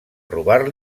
robar